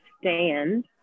stand